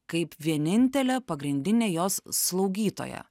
kaip vienintelė pagrindinė jos slaugytoja